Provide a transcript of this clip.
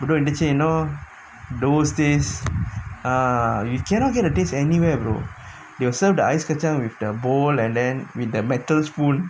bedok interchange you know those days ah you cannot get a taste anywhere brother serve the ice kacang with the bowl and then with their metal spoon